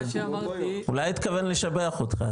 אולי התכוון לשבח אותך,